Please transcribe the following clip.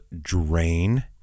Drain